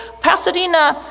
Pasadena